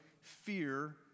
fear